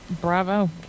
bravo